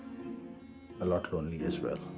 lot lonely as well.